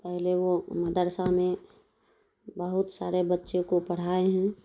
پہلے وہ مدرسہ میں بہت سارے بچے کو پڑھائے ہیں